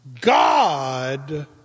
God